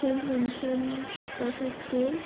saint vincent special school